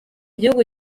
gihugu